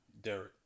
Derek